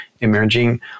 emerging